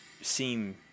seem